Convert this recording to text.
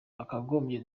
bakagombye